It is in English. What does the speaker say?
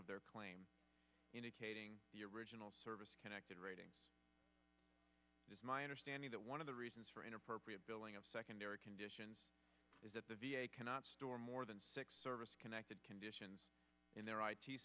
of their claim indicating the original service connected rating is my understanding that one of the reasons for an appropriate billing of secondary conditions is that the v a cannot store more than six service connected conditions in their